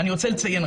לא משנה.